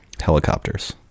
helicopters